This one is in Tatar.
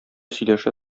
сөйләшә